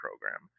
program